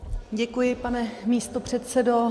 Děkuji, pane místopředsedo.